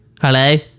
Hello